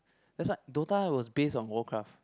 that's why Dota was based on Warcraft